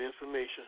information